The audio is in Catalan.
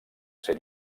ser